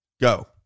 Go